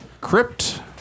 crypt